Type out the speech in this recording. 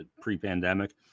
pre-pandemic